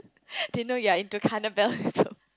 Tina you are into cannibalism